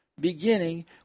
beginning